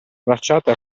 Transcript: bracciata